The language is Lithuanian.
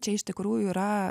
čia iš tikrųjų yra